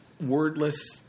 wordless